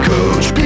Coach